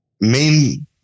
main